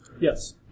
Yes